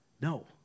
no